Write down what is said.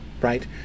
right